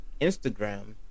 instagram